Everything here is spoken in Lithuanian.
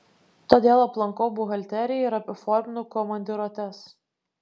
todėl aplankau buhalteriją ir apiforminu komandiruotes